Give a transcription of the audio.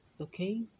Okay